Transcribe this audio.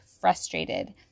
frustrated